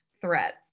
threat